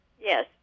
Yes